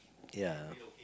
ya